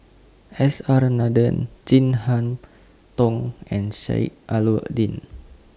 S R Nathan Chin Harn Tong and Sheik Alau'ddin